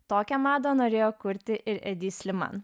tokią madą norėjo kurti ir edi sliman